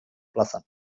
plazan